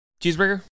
Cheeseburger